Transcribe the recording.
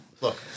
Look